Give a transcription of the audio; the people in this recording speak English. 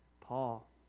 Paul